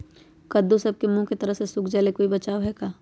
कददु सब के मुँह के तरह से सुख जाले कोई बचाव है का?